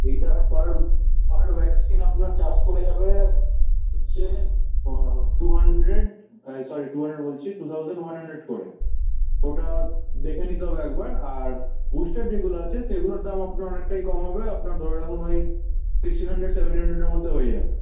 এইটা per per vaccine আপনার charge পড়ে যাবে হচ্ছে টু হান্ড্রেড এই সরি টু হান্ড্রেড বলছি টু থাউসেন্ট ওয়ান হান্ড্রেড করে ওটা দেখে নিতে হবে একবার আর বুস্টার যেগুলো আছে সেগুলোর দাম আপনার অনেকটাই কম হবে আপনার ধরে রাখুন ওই সিক্সটিন হান্ড্রেড সেভেনটিন হান্ড্রেডের মধ্যে হয়ে যাবে